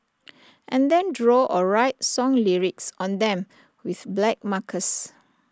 and then draw or write song lyrics on them with black markers